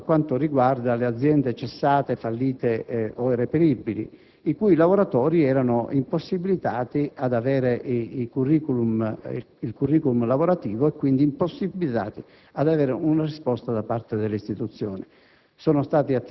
soprattutto per quanto riguarda le aziende cessate, fallite o irreperibili, i cui lavoratori erano impossibilitati ad avere il *curriculum* lavorativo e quindi ad avere una risposta da parte delle istituzioni.